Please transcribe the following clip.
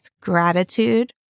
gratitude